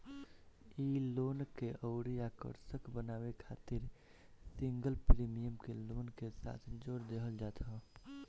इ लोन के अउरी आकर्षक बनावे खातिर सिंगल प्रीमियम के लोन के साथे जोड़ देहल जात ह